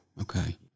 Okay